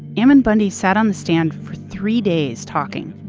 ammon bundy sat on the stand for three days talking,